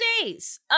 days